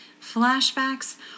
flashbacks